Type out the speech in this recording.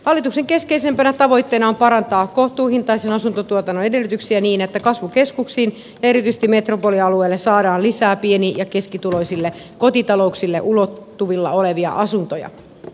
hallituksen keskeisimpänä tavoitteena on parantaa kohtuuhintaisen asuntotuotannon edellytyksiä niin että kasvukeskuksiin ja erityisesti metropolialueelle saadaan lisää pieni ja keskituloisten kotitalouksien ulottuvilla olevia asuntoja